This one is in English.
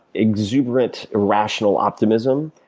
exuberant, irrational optimism,